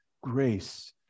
grace